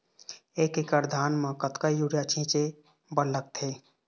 एक एकड़ धान म कतका यूरिया छींचे बर लगथे?